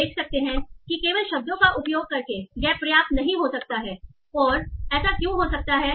तो आप देख सकते हैं कि केवल शब्दों का उपयोग करके यह पर्याप्त नहीं हो सकता है और ऐसा क्यों हो सकता है